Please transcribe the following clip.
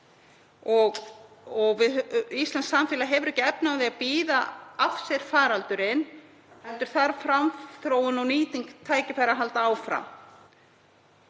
Íslenskt samfélag hefur ekki efni á því að bíða af sér faraldurinn heldur þarf framþróun og nýting tækifæra að halda áfram.